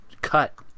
cut